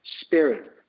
spirit